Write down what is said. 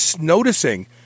noticing